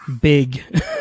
big